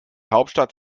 hauptstadt